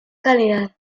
calidad